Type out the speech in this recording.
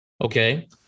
okay